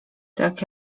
tak